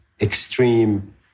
extreme